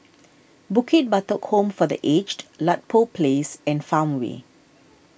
Bukit Batok Home for the Aged Ludlow Place and Farmway